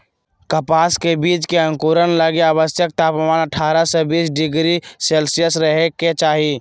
कपास के बीज के अंकुरण लगी आवश्यक तापमान अठारह से बीस डिग्री सेल्शियस रहे के चाही